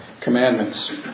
commandments